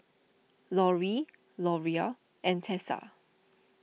Loree Loria and Tessa